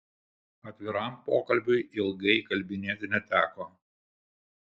atviram pokalbiui ilgai įkalbinėti neteko